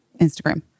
Instagram